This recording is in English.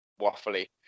waffly